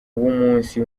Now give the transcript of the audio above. w’umunsi